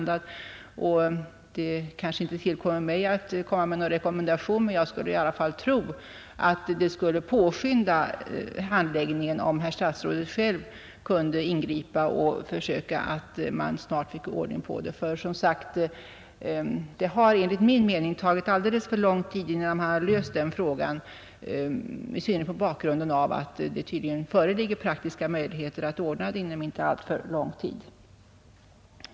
Det kanske inte tillkommer mig att göra någon rekommendation, men jag skulle tro att det skulle påskynda handläggningen om statsrådet själv ingrep och försökte få ordning på detta. 161 Enligt min mening har det dröjt alldeles för länge innan man löst frågan, i synnerhet mot bakgrund av att det tydligen föreligger praktiska möjligheter att rätt snabbt ordna saken.